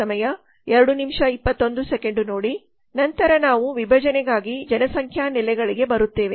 ನಂತರ ನಾವು ವಿಭಜನೆಗಾಗಿ ಜನಸಂಖ್ಯಾ ನೆಲೆಗಳಿಗೆ ಬರುತ್ತೇವೆ